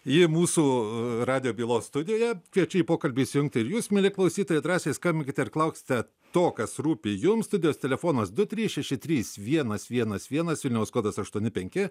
ji mūsų radijo bylos studijoje kviečiu į pokalbį įsijungti ir jus mieli klausytojai drąsiai skambinkite ir klaukskite to kas rūpi jums studijos telefonas du trys šeši trys vienas vienas vienas vilniaus kodas aštuoni penki